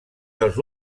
dels